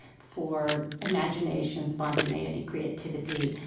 for imagination, spontaneity, creativity.